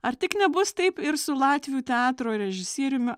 ar tik nebus taip ir su latvių teatro režisieriumi